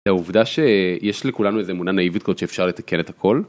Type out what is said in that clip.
העובדה שיש לכולנו איזו אמונה נאיבית כזו שאפשר לתקן את הכל.